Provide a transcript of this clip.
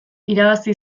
irabazi